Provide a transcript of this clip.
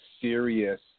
serious